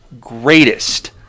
greatest